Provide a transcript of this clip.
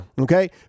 Okay